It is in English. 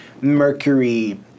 Mercury